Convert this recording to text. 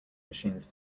machines